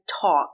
talk